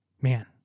Man